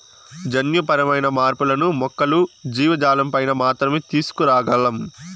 జన్యుపరమైన మార్పులను మొక్కలు, జీవజాలంపైన మాత్రమే తీసుకురాగలం